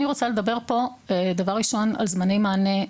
אני רוצה לדבר פה דבר ראשון על זמני מענה,